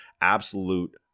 absolute